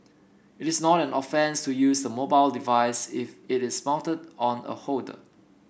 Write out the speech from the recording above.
it is not an offence to use the mobile device if it is mounted on a holder